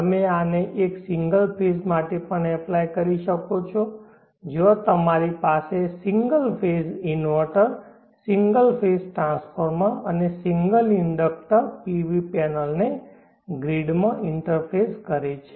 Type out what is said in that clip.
તમે આને એક સિંગલ ફેઝ માટે પણ એપ્લાય કરી શકો છો જ્યાં તમારી પાસે single phase inverter single phase transformer અને સિંગલ ઇન્ડેક્ટર PV પેનલને ગ્રીડમાં ઇન્ટરફેસ કરે છે